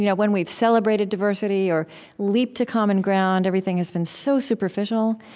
you know when we've celebrated diversity or leaped to common ground, everything has been so superficial.